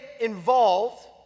involved